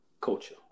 culture